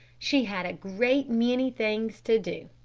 she had a great many things to do.